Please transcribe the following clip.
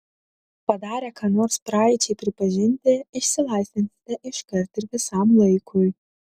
padarę ką nors praeičiai pripažinti išsilaisvinsite iškart ir visam laikui